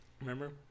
Remember